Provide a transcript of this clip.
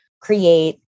create